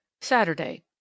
saturday